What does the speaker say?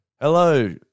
Hello